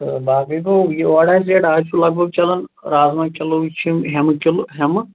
تہٕ باقٕے گوٚو یہِ اورٕ آسہِ ریٹ اَز چھُ لَگ بَگ چلان رازما کِلو چھِ ہیٚمہٕ کِلو ہیٚمہٕ